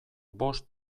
bost